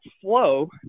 flow